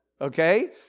okay